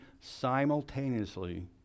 simultaneously